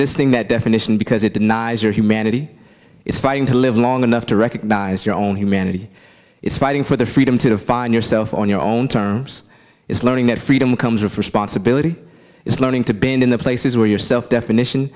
resisting that definition because it denies your humanity is fighting to live long enough to recognise your own humanity is fighting for the freedom to find yourself on your own terms is learning that freedom comes with responsibility is learning to bend in the places where yourself definition